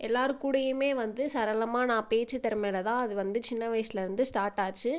எல்லார்கூடையுமே வந்து சரளமாக நான் பேச்சுதிறமையில் தான் அது வந்து சின்ன வயசுலேருந்து ஸ்டார்ட் ஆச்சு